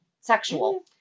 sexual